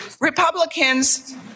Republicans